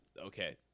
okay